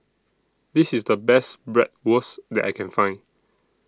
This IS The Best Bratwurst that I Can Find